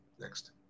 next